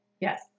Yes